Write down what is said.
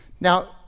Now